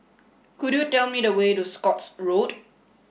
could you tell me the way to Scotts Road